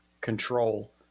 control